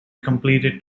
completed